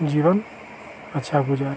जीवन अच्छा गुजारें